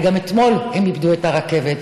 כי גם אתמול הם הפסידו את הרכבת.